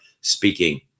speaking